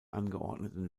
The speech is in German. angeordneten